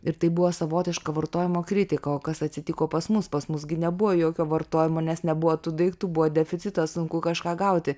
ir tai buvo savotiška vartojimo kritika o kas atsitiko pas mus pas mus gi nebuvo jokio vartojimo nes nebuvo tų daiktų buvo deficitas sunku kažką gauti